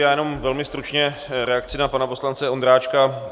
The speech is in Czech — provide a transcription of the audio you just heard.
Já jenom velmi stručně reakci na pana poslance Ondráčka.